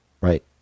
right